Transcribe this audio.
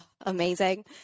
Amazing